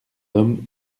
homme